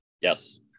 yes